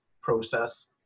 process